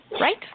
Right